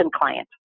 client